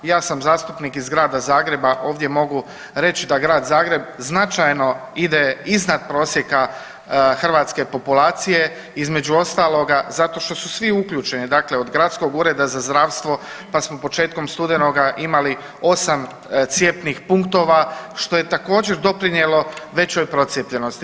Ja sam zastupnik iz Grada Zagreba, ovdje mogu reć da Grad Zagreb značajno ide iznad prosjeka hrvatske populacije, između ostaloga zato što su svi uključeni, dakle od Gradskog ureda za zdravstvo, pa smo početkom studenoga imali 8 cjepnih punktova, što je također doprinjelo većoj procijepljenosti.